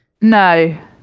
no